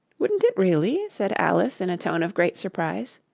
wouldn't it really said alice in a tone of great surprise.